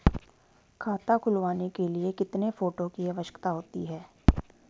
खाता खुलवाने के लिए कितने फोटो की आवश्यकता होती है?